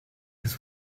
his